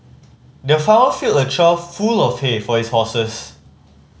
the farmer filled a trough full of hay for his horses